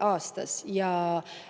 aastas.